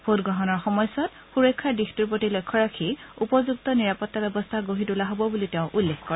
ভোটগ্ৰহণৰ সময়ছোৱাত সূৰক্ষাৰ দিশটোৰ প্ৰতি লক্ষ্য ৰাখি উপযুক্ত নিৰাপত্তা ব্যৱস্থা গঢ়ি তোলা হ'ব বুলিও তেওঁ উল্লেখ কৰে